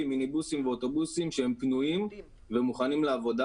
מיניבוסים ואוטובוסים שהם פנויים ומוכנים לעבודה,